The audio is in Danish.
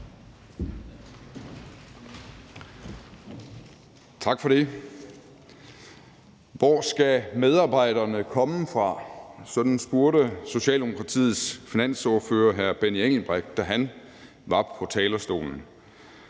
Tak for det. Hvor skal medarbejderne komme fra? Sådan spurgte Socialdemokratiets finansordfører, hr. Benny Engelbrecht, da han var på talerstolen.